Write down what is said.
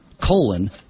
colon